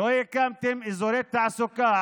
לא הקמתם אזורי תעסוקה.